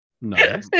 No